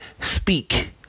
speak